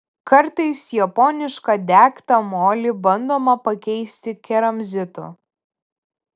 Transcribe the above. kartais japonišką degtą molį bandoma pakeisti keramzitu